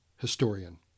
historian